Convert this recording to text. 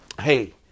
Hey